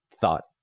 thought